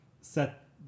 set